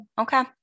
Okay